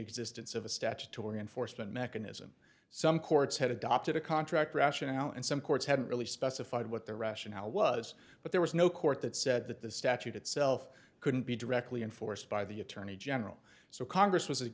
existence of a statutory enforcement mechanism some courts had adopted a contract rationale and some courts hadn't really specified what the rationale was but there was no court that said that the statute itself couldn't be directly enforced by the attorney general so congress was